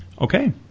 Okay